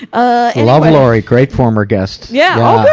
ah love laurie, great former guest. yeah! oh